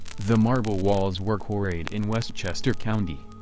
the marble walls were quarried in westchester county.